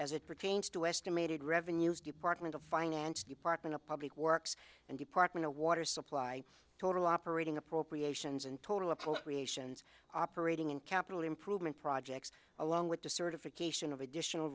as it pertains to estimated revenues department of finance department of public works and department of water supply total operating appropriations and total appropriations operating and capital improvement projects along with the certification of additional